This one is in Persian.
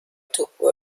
توپو